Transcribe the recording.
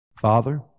Father